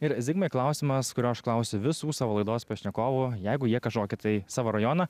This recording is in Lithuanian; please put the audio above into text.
ir zigmai klausimas kurio aš klausiu visų savo laidos pašnekovų jeigu jie kažkokį tai savo rajoną